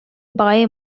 баҕайы